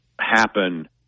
happen